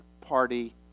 party